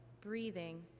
breathing